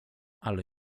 ale